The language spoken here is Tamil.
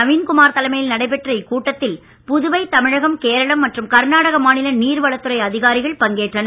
நவீன்குமார் தலைமையில் நடைபெற்ற இக்கூட்டத்தில் புதுவை தமிழகம் கேரளம் மற்றும் கர்நாடக மாநில நீர்வளத் துறை அதிகாரிகள் பங்கேற்றனர்